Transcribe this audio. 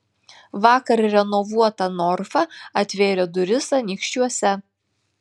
vakar renovuota norfa atvėrė duris anykščiuose